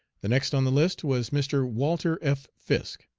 the next on the list was mr. walter f. fisk.